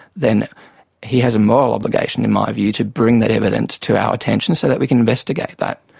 then he has a moral obligation, in my view, to bring that evidence to our attention so that we can investigate that.